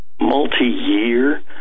multi-year